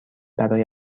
برای